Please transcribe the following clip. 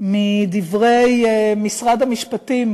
מדברי משרד המשפטים